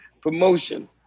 promotion